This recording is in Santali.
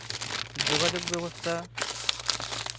ᱡᱳᱜᱟᱡᱳᱜᱽ ᱵᱮᱵᱚᱥᱛᱷᱟ